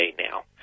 now